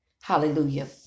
Hallelujah